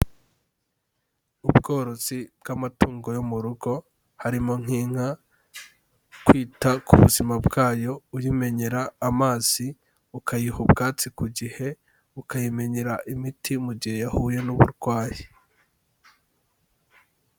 Ubworozi bw'amatungo yo mu rugo harimo nk'inka, kwita ku buzima bwayo uyimenyera amazi, ukayiha ubwatsi ku gihe, ukayimenyera imiti mu gihe yahuye n'uburwayi.